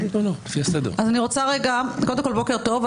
בוקר טוב,